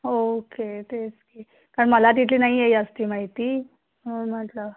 okay तेच कारण मला तिथली नाही आहे जास्त माहिती म्हणून म्हटलं